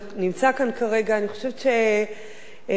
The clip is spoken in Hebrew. אני חושבת שאני לומדת ממךְ המון